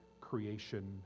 creation